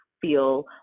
feel